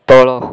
ତଳ